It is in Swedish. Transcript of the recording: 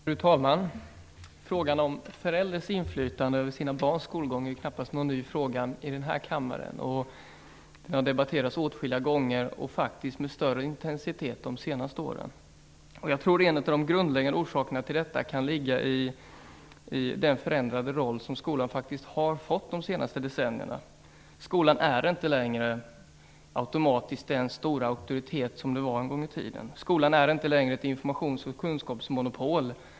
Fru talman! Frågan om föräldrars inflytande över sina barns skolgång är knappast någon ny fråga i den här kammaren. Den har debatterats åtskilliga gånger och faktiskt med större intensitet de senaste åren. Jag tror att en av de grundläggande orsakerna till detta kan ligga i den förändrade roll som skolan faktiskt har fått de senaste decennierna. Skolan är inte längre automatiskt den stora auktoritet som den var en gång i tiden. Skolan är inte längre ett informationsoch kunskapsmonopol.